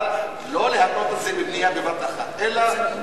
אבל לא להתנות את זה בבנייה בבת אחת אלא,